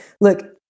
look